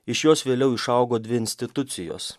iš jos vėliau išaugo dvi institucijos